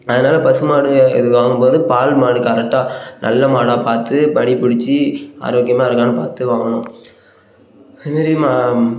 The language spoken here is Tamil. அதனால் பசு மாடு இது வாங்கும் போது பால் மாடு கரெக்டாக நல்ல மாடாக பார்த்து மடி பிடிச்சி ஆரோக்கியமாக இருக்கான்னு பார்த்து வாங்கணும் இது மாரி மா